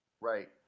Right